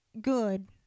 good